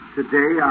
today